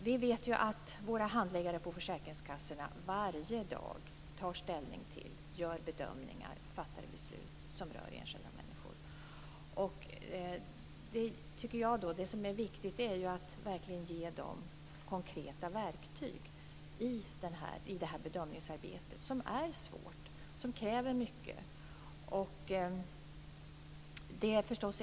Vi vet ju att våra handläggare på försäkringskassorna varje dag tar ställning, gör bedömningar och fattar beslut som rör enskilda människor. Det är viktigt att man verkligen ger dem konkreta verktyg i det här bedömningsarbetet, som är svårt och kräver mycket.